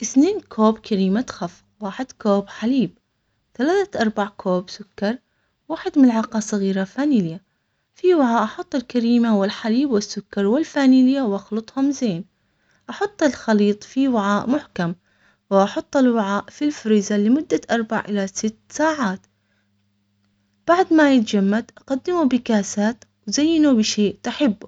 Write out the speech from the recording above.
اثنين كوب كريمة خف واحد كوب حليب ثلاث ارباع كوب سكر واحد ملعقة صغيرة فانيليا. في وعاء احط الكريمة والحليب والسكر والفانيليا واخلطهم زين احط الخليط في وعاء محكم واحط الوعاء في الفريزر لمدة اربع الى ست ساعات بعد ما يتجمد اقدمه بكاسات زينه بشيء تحبه.